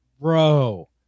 bro